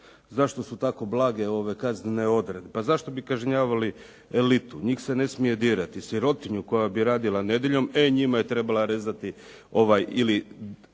zašto su tako blage ove kaznene odredbe? Pa zašto bi kažnjavali elitu. Njih se ne smije dirati. Sirotinju koja bi radila nedjeljom, e njima je trebalo derati kožu.